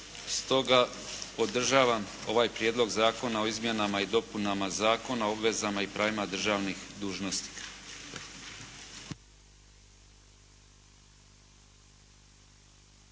Stoga podržavam ovaj Prijedlog zakona o izmjenama i dopunama Zakona o obvezama i pravima državnih dužnosnika.